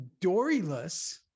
Doryless